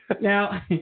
Now